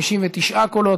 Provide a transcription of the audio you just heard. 59 קולות,